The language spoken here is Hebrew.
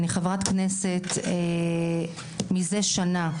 אני חברת כנסת מזה שנה.